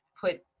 put